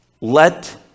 Let